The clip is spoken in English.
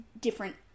different